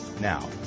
Now